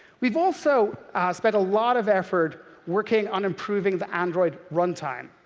we've also spent a lot of effort working on improving the android runtime.